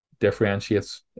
differentiates